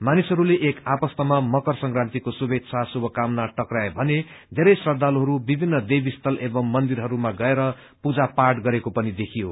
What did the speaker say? मानिसहयले एक आपस्तमा मकर संकान्तिको शुमेच्छा शुभकामना टकाए भ्ने धेरै श्रद्वालुहरू विभिन्न देवस्थल एंव मन्दिरहरूमा गएर पूजा पाठ गरेको पनि देखियो